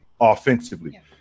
offensively